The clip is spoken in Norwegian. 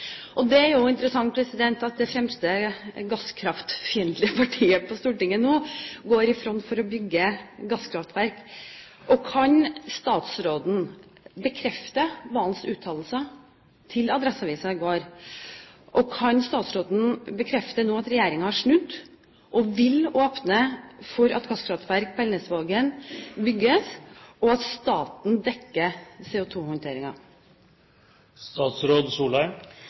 Og det er jo interessant at det fremste gasskraftfiendtlige partiet på Stortinget nå går i front for å bygge gasskraftverk. Kan statsråden bekrefte Serigstad Valens uttalelser til Adresseavisen i går? Og kan statsråden nå bekrefte at regjeringen har snudd og vil åpne for at gasskraftverk i Elnesvågen bygges, og at staten dekker